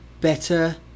better